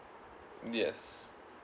yes